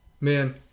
Man